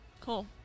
Cool